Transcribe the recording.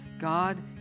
God